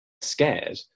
scared